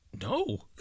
No